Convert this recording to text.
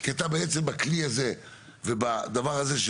כי אתה בעצם בכלי הזה ובדבר הזה,